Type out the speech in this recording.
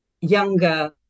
younger